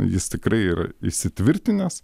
jis tikrai yra įsitvirtinęs